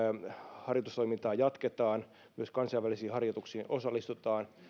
harjoitustoimintaa jatketaan myös kansainvälisiin harjoituksiin osallistutaan